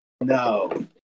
No